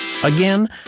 Again